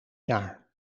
jaar